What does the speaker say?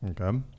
Okay